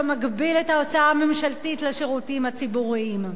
שמגביל את ההוצאה הממשלתית על השירותים הציבוריים.